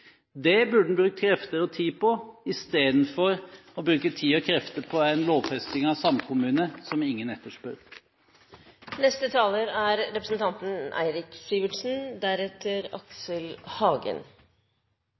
Det burde en brukt krefter og tid på i stedet for å bruke tid og krefter på en lovfesting av samkommune – som ingen